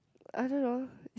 I don't know